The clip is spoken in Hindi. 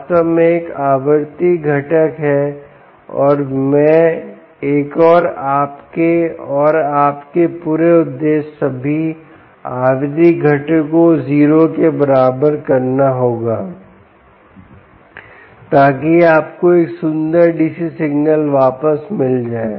वास्तव में एक आवृत्ति घटक है और मैं एक और आपके और आपके पूरे उद्देश्य सभी आवृत्ति घटकों को 0 के बराबर करना होगा ताकि आपको एक सुंदर DC सिग्नल वापस मिल जाए